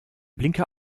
blinker